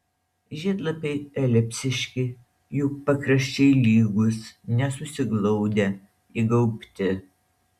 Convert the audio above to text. žiedlapiai elipsiški jų pakraščiai lygūs nesusiglaudę įgaubti